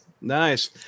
nice